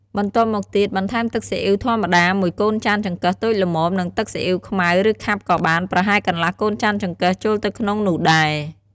បន្ទាប់មកទៀត បន្ថែមទឹកសុីអ៉ីវធម្មតាមួយកូនចានចង្កឹះតូចល្មម និងទឹកសុីអ៉ីវខ្មៅ ឬខាប់ក៏បាន ប្រហែលកន្លះកូនចានចង្កឹះចូលទៅក្នុងនោះដែរ។